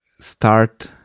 start